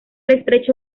estrecho